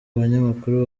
banyamakuru